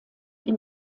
ihm